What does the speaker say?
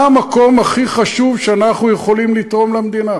מה המקום הכי חשוב שאנחנו יכולים לתרום למדינה?